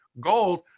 gold